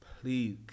Please